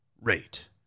rate